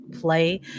play